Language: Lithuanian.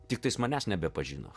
tiktais manęs nebepažino